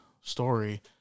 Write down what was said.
story